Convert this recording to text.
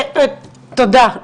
תודה.